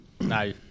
No